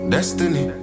Destiny